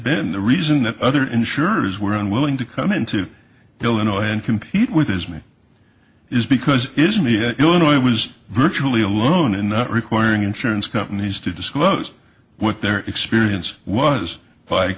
been the reason that other insurers were unwilling to come into illinois and compete with his me is because isn't illinois was virtually alone in not requiring insurance companies to disclose what their experience was by